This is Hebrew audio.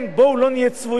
בואו לא נהיה צבועים,